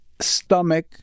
stomach